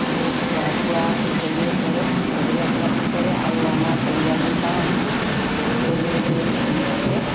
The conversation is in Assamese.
আৰু খোৱা বোৱা সকলোৱে কৰে লগৰীয়াবিলাকো কৰে আৰু আমাৰ পৰিয়ালো যাওঁ আমি সকলোৱে গৈ আমি তাতে